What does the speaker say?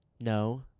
No